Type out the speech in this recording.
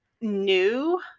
new